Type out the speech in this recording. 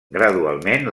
gradualment